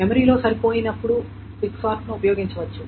memory లో సరిపోయినప్పుడు quick sort ను ఉపయోగించవచ్చు